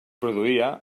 produïa